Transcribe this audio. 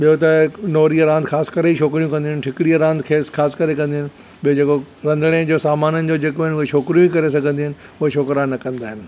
ॿियो त नोड़ीअ रांदि ख़ासि करे छोकिरियूं कंदियूं आहिनि ठीकरीअ रांदि ख़ासि करे कंदियूं आहिनि ॿियो जेको रधिणे जो समाननि जेको आहिनि उहे छोकिरियूं ई करे सघंदियूं आहिनि उहे छोकिरा न कंदा आहिनि